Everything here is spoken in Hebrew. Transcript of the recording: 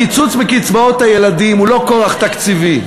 הקיצוץ בקצבאות הילדים הוא לא כורח תקציבי,